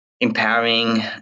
empowering